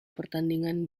pertandingan